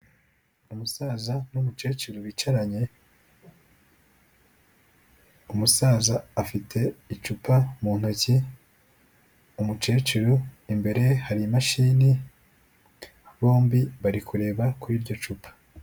Umusaza n'umukecuru bicaranye. Umusaza afite icupa mu ntoki, umukecuru imbere ye hari imashini. Bombi bari kureba kuri iryo cupa.